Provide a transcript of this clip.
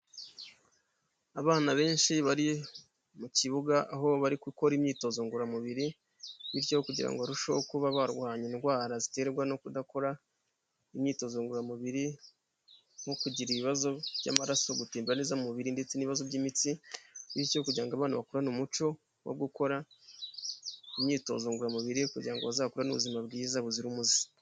Abana benshi bari mu kibuga, aho bari gukora imyitozo ngororamubiri, bityo kugira ngo barusheho kuba barwanya indwara ziterwa no kudakora imyitozo ngororamubiri nko, kugira ibibazo by'amaraso adatemba neza mu mubiri, ndetse n'ibibazo by'imitsi, bityo kugira ngo abana bakurane umuco wo gukora imyitozo ngororamubiri, kugira ngo bazakurane ubuzima bwiza buzira umuze.